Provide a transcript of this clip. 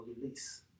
release